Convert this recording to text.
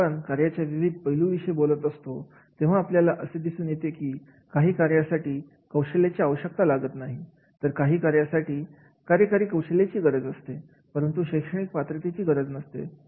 जेव्हा आपण कार्याच्या विविध पैलूंविषयी बोलत असतो तेव्हा आपल्याला असे दिसून येते की काही कार्यासाठी कौशल्याची आवश्यकता लागत नाही तर काही कार्यासाठी कार्यकारी कौशल्यांची गरज असते परंतु शैक्षणिक पात्रतेची गरज नसते